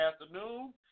afternoon